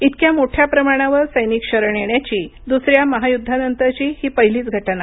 इतक्या मोठ्या प्रमाणावर सैनिक शरण येण्याची दुसऱ्या महायुद्धानंतरची ही पहिलीच घटना